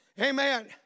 Amen